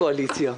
הקואליציה?